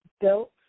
built